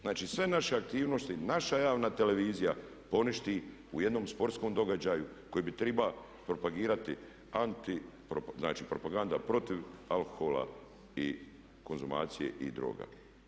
Znači sve naše aktivnosti, naša javna televizija poništi u jednom sportskom događaju koji bi triba propagirati anti, znači propaganda protiv alkohola i konzumacije i droga.